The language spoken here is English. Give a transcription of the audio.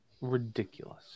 Ridiculous